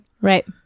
Right